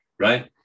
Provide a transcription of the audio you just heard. Right